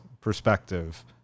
perspective